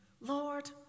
Lord